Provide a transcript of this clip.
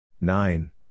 Nine